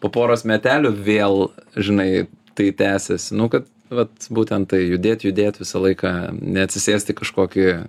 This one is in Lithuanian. po poros medelių vėl žinai tai tęsiasi nu kad vat būtent tai judėt judėt visą laiką neatsisėst į kažkokį